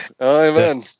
Amen